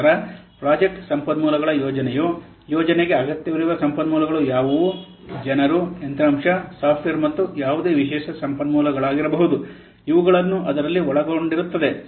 ನಂತರ ಪ್ರಾಜೆಕ್ಟ್ ಸಂಪನ್ಮೂಲಗಳ ಯೋಜನೆಯು ಯೋಜನೆಗೆ ಅಗತ್ಯವಿರುವ ಸಂಪನ್ಮೂಲಗಳು ಯಾವುವು ಜನರು ಯಂತ್ರಾಂಶ ಸಾಫ್ಟ್ವೇರ್ ಮತ್ತು ಯಾವುದೇ ವಿಶೇಷ ಸಂಪನ್ಮೂಲಗಳಾಗಿರಬಹುದು ಇವುಗಳನ್ನು ಅದರಲ್ಲಿ ಒಳಗೊಂಡಿರುತ್ತದೆ